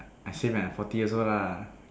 I say when I forty years old lah